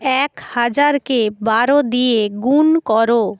এক হাজারকে বারো দিয়ে গুণ করো